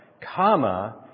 comma